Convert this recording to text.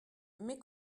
mes